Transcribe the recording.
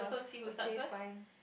okay fine